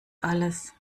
alles